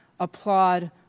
applaud